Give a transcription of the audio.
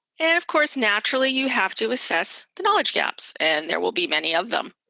and of course, naturally, you have to assess the knowledge gaps, and there will be many of them.